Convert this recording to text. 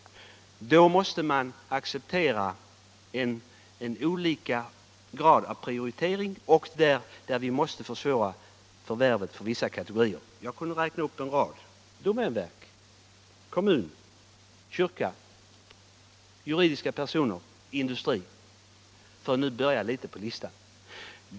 Vi måste acceptera en prioritering i detta sammanhang. Jag kunde räkna upp en rad kategorier för vilka förvärvet måste försvåras — domänverket, kommunen, kyrkan, juridiska personer och industrin, för att börja med några på listan.